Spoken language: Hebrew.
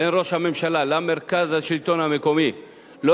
בין ראש הממשלה למרכז השלטון המקומי לא